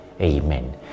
Amen